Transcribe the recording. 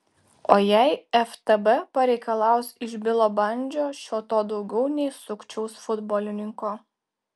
o jei ftb pareikalaus iš bilo bandžio šio to daugiau nei sukčiaus futbolininko